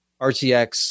RTX